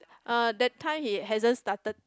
uh that time he hasn't started